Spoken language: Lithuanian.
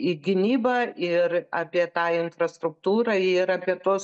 į gynybą ir apie tą infrastruktūrą ir apie tuos